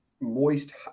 moist